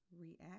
React